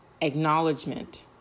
acknowledgement